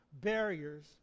barriers